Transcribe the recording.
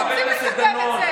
חבר הכנסת דנון,